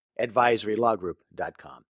advisorylawgroup.com